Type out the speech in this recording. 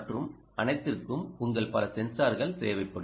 மற்றும் அனைத்திற்கும் உங்களுக்கு பல சென்சார்கள் தேவைப்படும்